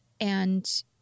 and-